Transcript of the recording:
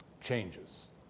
changes